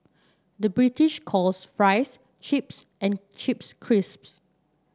the British calls fries chips and chips crisps